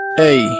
Hey